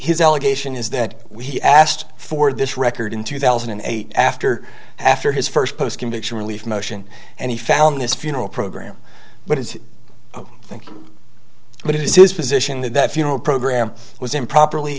his allegation is that he asked for this record in two thousand and eight after after his first post conviction relief motion and he found this funeral program but his thank you but it was his position that you know a program was improperly